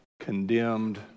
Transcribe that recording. condemned